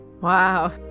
Wow